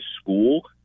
school –